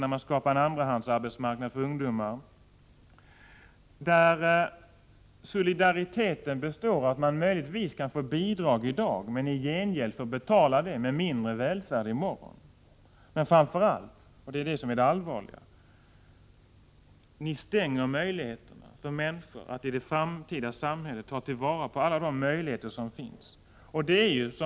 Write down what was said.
Socialdemokraterna skapar en andrahandsarbetsmarknad för ungdomar där solidariteten består i att de möjligtvis kan få bidrag i dag, men i gengäld får de betala det med mindre välfärd i morgon. Framför allt — och det är det allvarliga: Ni minskar förutsättningarna för unga människor att ta till vara alla de möjligheter som finns.